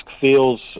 feels